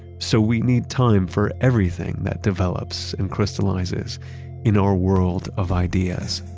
so we need time for everything that develops and crystallizes in our world of ideas.